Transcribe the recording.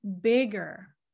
bigger